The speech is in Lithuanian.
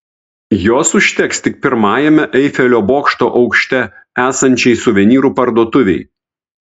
jos užteks tik pirmajame eifelio bokšto aukšte esančiai suvenyrų parduotuvei